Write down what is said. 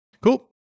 Cool